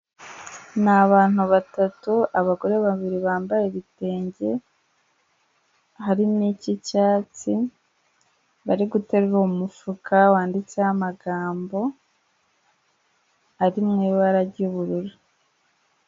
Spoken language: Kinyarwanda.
Ni abantu batatu abagore babiri bambaye ibitenge harimo ik'icyatsi bari guterura uwo mufuka wanditseho amagambo ari mu ibara ry'ubururu.